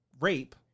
rape